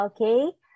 Okay